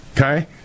okay